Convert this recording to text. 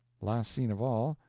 last scene of all,